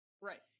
Right